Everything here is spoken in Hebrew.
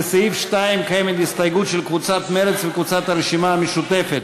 לסעיף 2 יש הסתייגות של קבוצת סיעת מרצ וקבוצת סיעת הרשימה המשותפת.